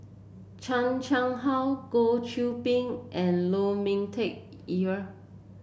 Chan Chang How Goh Qiu Bin and Lu Ming Teh ear